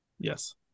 Yes